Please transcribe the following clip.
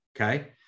okay